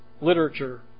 literature